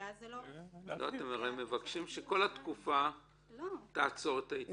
הם הרי מבקשים שכל התקופה תעצור את ההתיישנות.